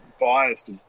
biased